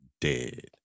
dead